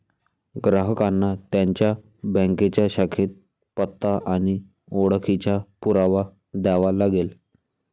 ग्राहकांना त्यांच्या बँकेच्या शाखेत पत्ता आणि ओळखीचा पुरावा द्यावा लागेल